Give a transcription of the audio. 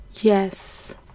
Yes